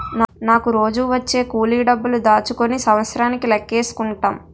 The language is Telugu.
నాకు రోజూ వచ్చే కూలి డబ్బులు దాచుకుని సంవత్సరానికి లెక్కేసుకుంటాం